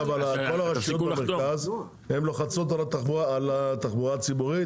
אבל כל הרשויות במרכז לוחצות על התחבורה הציבורית,